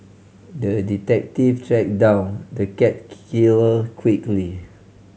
the detective tracked down the cat killer quickly